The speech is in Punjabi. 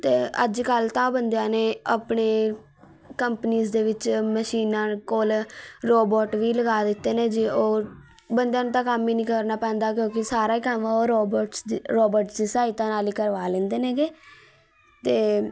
ਅਤੇ ਅੱਜ ਕੱਲ੍ਹ ਤਾਂ ਬੰਦਿਆਂ ਨੇ ਆਪਣੇ ਕੰਪਨੀਸ ਦੇ ਵਿੱਚ ਮਸ਼ੀਨਾਂ ਕੋਲ ਰੋਬੋਟ ਵੀ ਲਗਾ ਦਿੱਤੇ ਨੇ ਜੇ ਊਹ ਬੰਦਿਆਂ ਨੂੰ ਤਾਂ ਕੰਮ ਹੀ ਨਹੀਂ ਕਰਨਾ ਪੈਂਦਾ ਕਿਉਂਕਿ ਸਾਰਾ ਹੀ ਕੰਮ ਉਹ ਰੋਬੋਟਸ ਰੋਬੋਟਸ ਦੀ ਸਹਾਇਤਾ ਨਾਲ ਹੀ ਕਰਵਾ ਲੈਂਦੇ ਨੇਗੇ ਅਤੇ